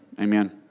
Amen